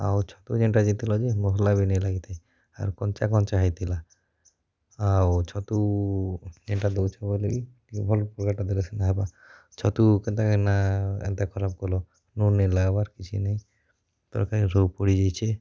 ଆଉ ଛତୁ ଜେନ୍ଟା ଦେଇଥିଲ ଯେ ମସ୍ଲା ବି ନେଇଁ ଲାଗିଥେଇ ଆର୍ କଞ୍ଚା କଞ୍ଚା ହେଇଥିଲା ଆଉ ଛତୁ ଯେଣ୍ଟା ଦଉଛ ବଏଲେ ବି ଟିକେ ଭଲ୍ ପ୍ରକାର୍ଟା ଦେଲେ ସିନା ହେବା ଛତୁ କେନ୍ତା କିନା ଏନ୍ତା ଖରାପ୍ କଲ ନୁନ୍ ନେଇଁ ଲାଗ୍ବାର୍ କିଛି ନାଇଁ ତର୍କାରୀ ସବୁ ପୁଡ଼ିଯାଇଛେ